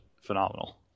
phenomenal